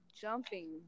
jumping